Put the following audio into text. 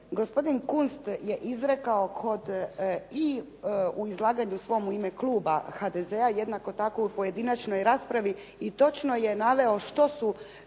gospodin Kunst je izrekao kod, i u izlaganju svom u ime kluba HDZ-a, jednako tako u pojedinačnoj raspravi i točno je naveo što su